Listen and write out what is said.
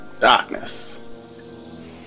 Darkness